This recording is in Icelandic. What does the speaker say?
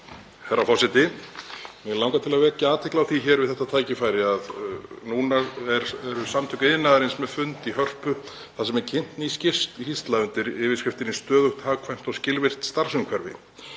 Herra forseti. Mig langar til að vekja athygli á því hér við þetta tækifæri að núna eru Samtök iðnaðarins með fund í Hörpu þar sem er kynnt ný skýrsla undir yfirskriftinni Stöðugt, hagkvæmt og skilvirkt starfsumhverfi.